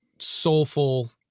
soulful